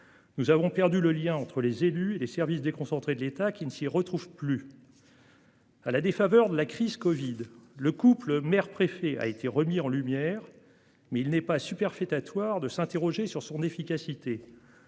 Nous avons perdu le lien entre les élus et les services déconcentrés de l'État qui ne s'y retrouve plus. À la défaveur de la crise Covid. Le couple mère préfet a été remis en lumière mais il n'est pas superfétatoire de s'interroger sur son efficacité.